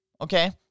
okay